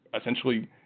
essentially